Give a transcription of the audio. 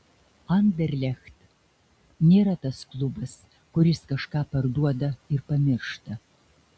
anderlecht nėra tas klubas kuris kažką parduoda ir pamiršta